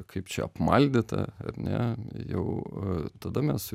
kaip čia apmaldyta ar ne jau tada mes